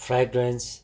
fragrance